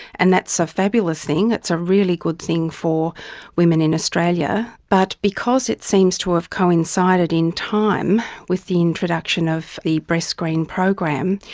and that's a fabulous thing, it's a really good thing for women in australia. but because it seems to have coincided in time with the introduction of the breastscreen program,